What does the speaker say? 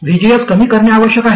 VGS कमी करणे आवश्यक आहे